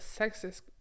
sexist